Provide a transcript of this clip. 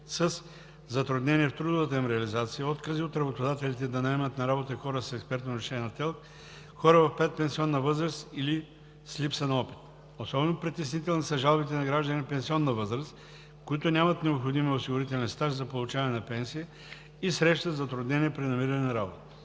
затруднения в трудовата им реализация; откази от работодателите да наемат на работа хора с експертно решение на ТЕЛК, хора в предпенсионна възраст или с липса на опит. Особено притеснителни са жалбите на граждани в пенсионна възраст, които нямат необходимия осигурителен стаж за получаване на пенсия и срещат затруднения при намиране на работа.